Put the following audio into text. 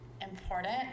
important